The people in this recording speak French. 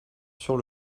sur